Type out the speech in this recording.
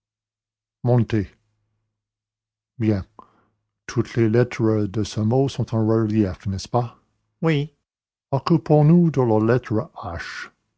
montez bien toutes les lettres de ce mot sont en relief n'est-ce pas oui occupons-nous de